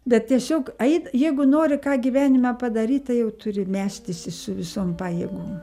bet tiesiog eit jeigu nori ką gyvenime padaryt tai jau turi mestis su visom pajėgom